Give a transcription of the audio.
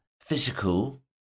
physical